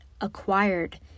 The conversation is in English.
acquired